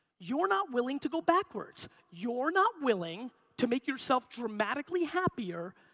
you're not willing to go backwards. you're not willing to make yourself dramatically happier,